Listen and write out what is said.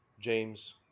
James